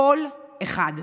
כל אחד,